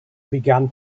began